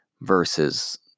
versus